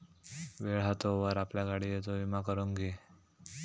वेळ हा तोवर आपल्या गाडियेचो विमा करून घी